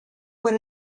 what